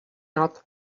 not